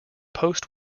post